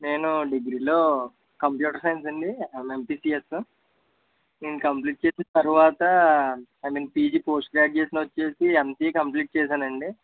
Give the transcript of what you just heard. నేను డిగ్రీలో computer science అండి యంపిసిఎస్ నేను కంప్లీట్ చేసిన తర్వాత I mean PG post graduation వచ్చేసి ఎంసీఏ కంప్లీట్ చేసానండి